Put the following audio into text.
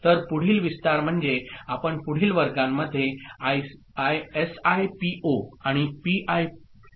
तर पुढील विस्तार म्हणजे आपण पुढील वर्गांमध्ये एसआयपीओ आणि पीआयएसओ पाहू